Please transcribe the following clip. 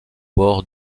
bord